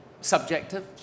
subjective